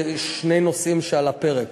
שני נושאים שעל הפרק.